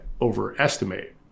overestimate